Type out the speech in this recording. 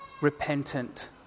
repentant